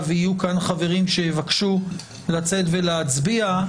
ויהיו כאן חברים שיבקשו לצאת ולהצביע,